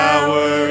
Power